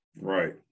Right